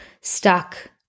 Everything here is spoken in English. stuck